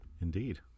Indeed